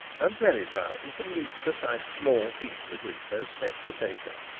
and very proud of the neat, precise, small feet with which those steps were taken.